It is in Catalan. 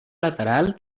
lateral